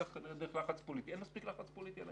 צריך כנראה דרך לחץ פוליטי ועל העניין הזה ואין מספיק לחץ פוליטי.